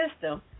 system